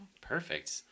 Perfect